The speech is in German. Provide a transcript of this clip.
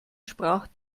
sprach